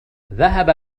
ذهب